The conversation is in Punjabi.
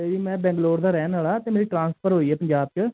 ਮੈਂ ਬੰਗਲੌਰ ਦਾ ਰਹਿਣ ਵਾਲਾ ਅਤੇ ਮੇਰੀ ਟ੍ਰਾਂਸਫਰ ਹੋਈ ਹੈ ਪੰਜਾਬ 'ਚ